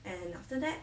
and after that